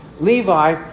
Levi